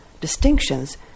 distinctions